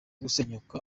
gusenyuka